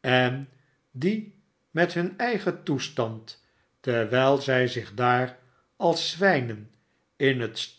en die met hun eigen toestand terwijl zij zich daar als zwijnen in het